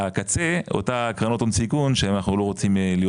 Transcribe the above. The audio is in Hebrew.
הקצה אותה קרנות הון סיכון שאנחנו לא רוצים להיות